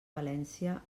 valència